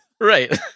right